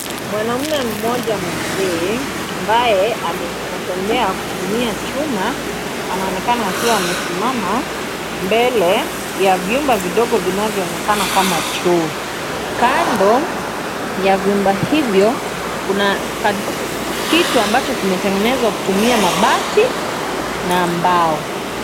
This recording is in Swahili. Mwanaume mmoja Mzee ambaye anatembea kutumia chuma, anaonekana akiwa amesimama ya vyumba vidogo vinavyoonekana kama choo. Kando ya vyumba hivyo kuna kitu ambacho kimetengenezwa kutumia mabati na mbao.